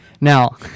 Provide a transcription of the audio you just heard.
Now